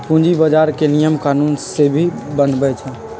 पूंजी बजार के नियम कानून सेबी बनबई छई